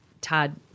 Todd